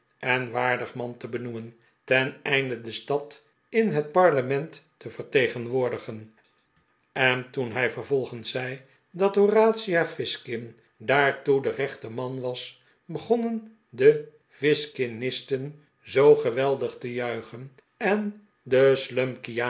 en waardig man te benoemen ten einde de stad in het parlement te vertegenwoordigen en toen hij vervolgens zei dat horatio fizkin daartoe de rechte man was begonnen de fizkinisten zoo geweldig te juichen en de